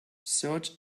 search